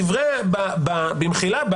במחילה,